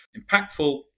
impactful